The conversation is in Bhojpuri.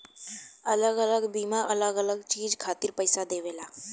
अलग अलग बीमा अलग अलग चीज खातिर पईसा देवेला